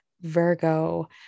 Virgo